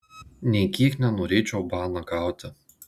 nė kiek nenorėčiau baną gauti